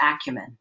acumen